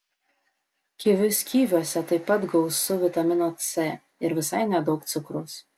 kivius kiviuose taip pat gausu vitamino c ir visai nedaug cukraus